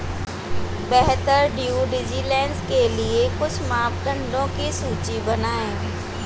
बेहतर due diligence के लिए कुछ मापदंडों की सूची बनाएं?